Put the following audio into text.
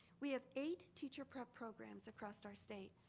we have eight teacher prep programs across our state.